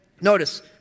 notice